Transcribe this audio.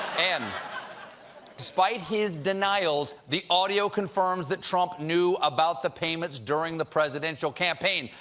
and despite his denials, the audio confirms that trump knew about the payments during the presidential campaign.